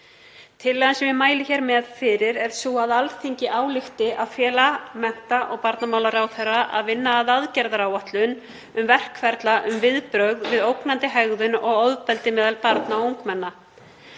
Tillagan sem ég mæli hér með fyrir er sú að Alþingi álykti að fela mennta- og barnamálaráðherra að vinna að aðgerðaáætlun um verkferla um viðbrögð við ógnandi hegðun og ofbeldi meðal barna og ungmenna.